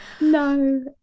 No